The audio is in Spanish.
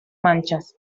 manchas